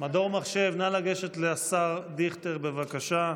מדור מחשב, נא לגשת לשר דיכטר בבקשה.